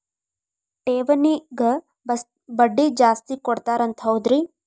ಠೇವಣಿಗ ಬಡ್ಡಿ ಜಾಸ್ತಿ ಕೊಡ್ತಾರಂತ ಹೌದ್ರಿ?